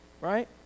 right